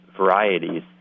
varieties